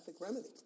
remedy